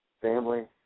family